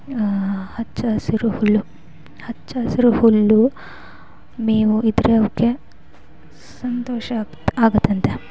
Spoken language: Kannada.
ಹಚ್ಚ ಹಸಿರು ಹುಲ್ಲು ಹಚ್ಚ ಹಸಿರು ಹುಲ್ಲು ಮೇವು ಇದ್ದರೆ ಅವಕ್ಕೆ ಸಂತೋಷ ಆಗುತ್ತಂತೆ